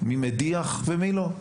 מי מדיח ומי לא.